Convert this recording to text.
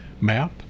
map